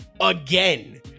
again